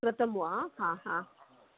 कृतं वा हा हा